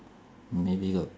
many got